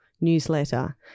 newsletter